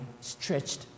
stretched